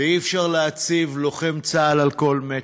ואי-אפשר להציב לוחם צה"ל על כל מטר,